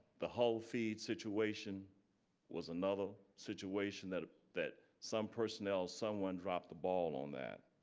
the whole feed situation was another situation that ah that some personnel someone dropped the ball on that.